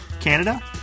Canada